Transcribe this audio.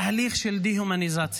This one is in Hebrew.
תהליך של דה-הומניזציה.